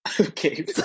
Okay